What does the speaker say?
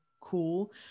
cool